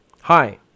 Hi